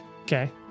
Okay